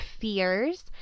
fears